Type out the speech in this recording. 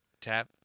Tap